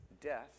death